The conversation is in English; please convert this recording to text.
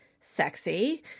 sexy